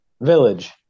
Village